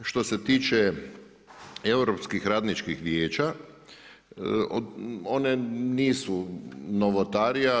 Što se tiče Europskih radničkih vijeća one nisu novotarija.